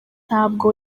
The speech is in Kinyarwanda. ntabwo